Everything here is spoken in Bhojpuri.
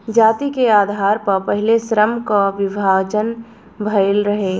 जाति के आधार पअ पहिले श्रम कअ विभाजन भइल रहे